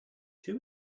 too